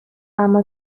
اما